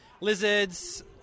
lizards